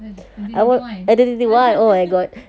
twenty twenty one